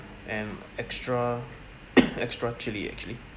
and extra extra chilli actually